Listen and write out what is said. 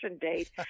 date